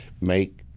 make